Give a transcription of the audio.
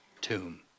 tomb